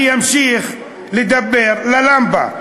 אני אמשיך לדבר ללמפה.